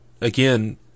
again